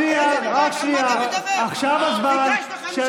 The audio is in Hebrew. איזה מלגות, על